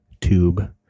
tube